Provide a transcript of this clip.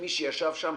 כמי שישב שם,